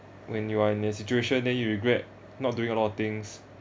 when you are in a situation then you regret not doing a lot of things